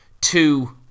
two